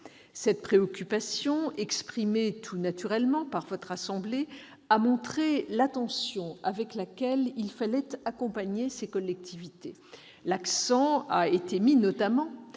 Cette préoccupation exprimée tout naturellement par votre assemblée a montré l'attention avec laquelle il fallait accompagner ces collectivités. L'accent a notamment